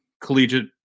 collegiate